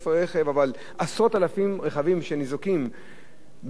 אבל עשרות אלפים רכבים שניזוקים בנזקים של